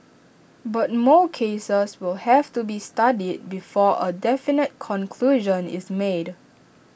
but more cases will have to be studied before A definite conclusion is made